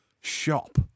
shop